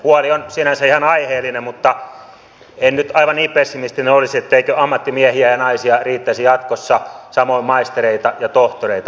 huoli on sinänsä ihan aiheellinen mutta en nyt aivan niin pessimistinen olisi etteikö ammattimiehiä ja naisia riittäisi jatkossa samoin maistereita ja tohtoreita